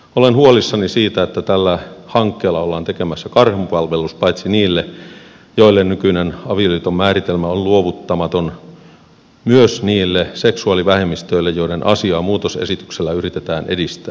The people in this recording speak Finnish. olen huolissani siitä että tällä hankkeella ollaan tekemässä karhunpalvelus paitsi niille joille nykyinen avioliiton määritelmä on luovuttamaton myös niille seksuaalivähemmistöille joiden asiaa muutosesityksellä yritetään edistää